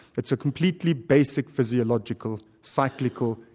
it's a completely basic physiological, cyclical,